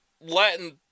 Latin